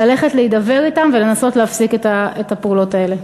ללכת להידבר אתם ולנסות להפסיק את הפעולות האלה.